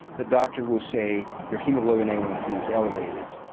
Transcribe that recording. the doctor will say your haemoglobin a one c is elevated,